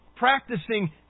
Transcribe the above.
Practicing